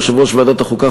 ליושב-ראש ועדת החוקה,